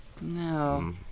No